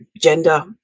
gender